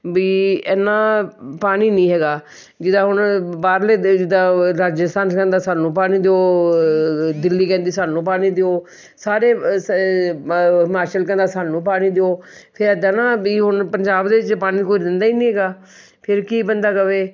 ਵੀ ਇੰਨਾ ਪਾਣੀ ਨਹੀਂ ਹੈਗਾ ਜਿਦਾਂ ਹੁਣ ਬਾਹਰਲੇ ਦੇਸ਼ ਜਿਦਾਂ ਰਾਜਸਥਾਨ ਕਹਿੰਦਾ ਸਾਨੂੰ ਪਾਣੀ ਦਿਓ ਦਿੱਲੀ ਕਹਿੰਦੀ ਸਾਨੂੰ ਪਾਣੀ ਦਿਓ ਸਾਰੇ ਸ ਹਿਮਾਚਲ ਕਹਿੰਦਾ ਸਾਨੂੰ ਪਾਣੀ ਦਿਓ ਫਿਰ ਇੱਦਾਂ ਨਾ ਵੀ ਹੁਣ ਪੰਜਾਬ ਦੇ 'ਚ ਪਾਣੀ ਦੰਦਾ ਹੀ ਨਹੀਂ ਹੈਗਾ ਫਿਰ ਕੀ ਬੰਦਾ ਕਵੇ